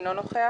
אינו נוכח.